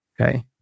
okay